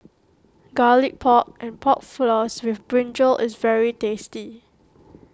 Garlic Pork and Pork Floss with Brinjal is very tasty